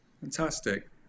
Fantastic